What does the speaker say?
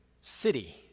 city